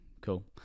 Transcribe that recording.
cool